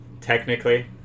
technically